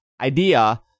idea